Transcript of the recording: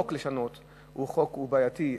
לשנות כל חוק זה בעייתי,